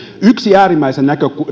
yksi äärimmäisen